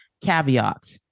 Caveat